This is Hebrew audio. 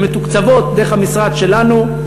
שמתוקצבות דרך המשרד שלנו,